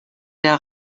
der